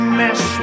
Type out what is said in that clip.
mess